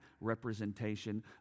representation